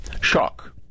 Shock